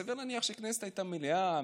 סביר להניח שהכנסת הייתה מלאה,